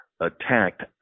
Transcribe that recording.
attacked